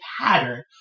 pattern